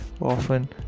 often